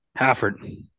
Hafford